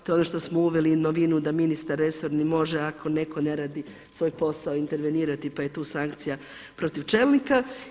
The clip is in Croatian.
To je ono što smo uveli novinu da ministar resorni može ako netko ne radi svoj posao intervenirati pa je tu sankcija protiv čelnika.